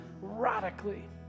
radically